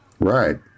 Right